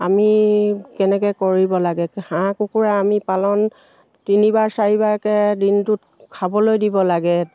আমি কেনেকৈ কৰিব লাগে হাঁহ কুকুৰা আমি পালন তিনিবাৰ চাৰিবাৰকৈ দিনটোত খাবলৈ দিব লাগে